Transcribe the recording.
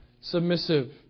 submissive